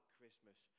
Christmas